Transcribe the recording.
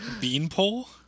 Beanpole